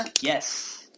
Yes